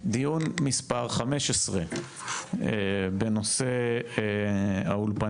דיון מספר 15 בנושא האולפנים.